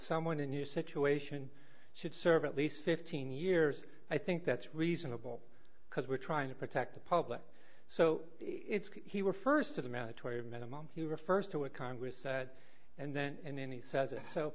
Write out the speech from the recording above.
someone in your situation should serve at least fifteen years i think that's reasonable because we're trying to protect the public so it's he were st it amounted to a minimum he refers to a congress that and then and then he says if so